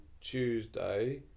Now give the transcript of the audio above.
Tuesday